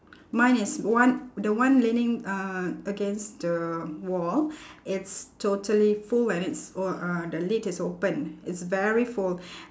mine is one the one leaning uh against the wall it's totally full when it's o~ uh the lid is open it's very full